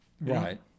right